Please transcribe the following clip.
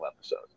episode